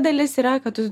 dalis yra kad tu